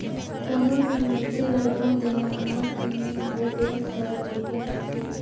कोनो भी मइनसे ल लोन देना अहे कि नई ओ बेंकदार उपर रहथे